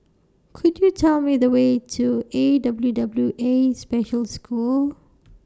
Could YOU Tell Me The Way to A W W A Special School